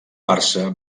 barça